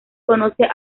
conoce